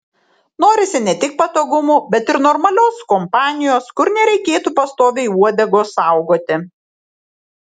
norisi ne tik patogumų bet ir normalios kompanijos kur nereikėtų pastoviai uodegos saugoti